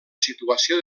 situació